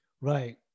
right